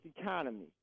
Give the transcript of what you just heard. economy